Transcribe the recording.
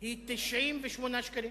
הוא 98 שקלים